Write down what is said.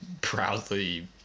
proudly